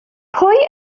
pwy